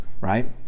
right